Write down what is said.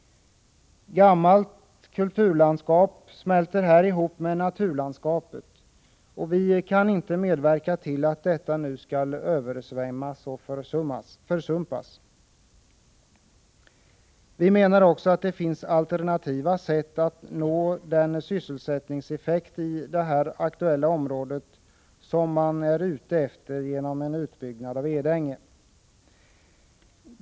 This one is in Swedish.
Gammalt kulturlandskap smälter här ihop med naturlandskapet. Vi kan inte medverka till att detta landskap nu skall översvämmas och försumpas. Vi menar också att det finns alternativa sätt att nå den sysselsättningseffekt i det aktuella området som man är ute efter genom en utbyggnad av Edänge.